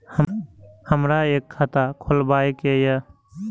हमरा एक खाता खोलाबई के ये?